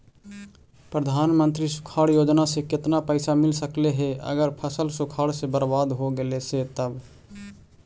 प्रधानमंत्री सुखाड़ योजना से केतना पैसा मिल सकले हे अगर फसल सुखाड़ से बर्बाद हो गेले से तब?